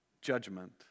judgment